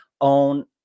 own